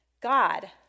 God